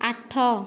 ଆଠ